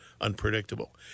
unpredictable